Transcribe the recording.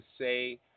say